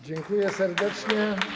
Dziękuję serdecznie.